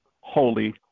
holy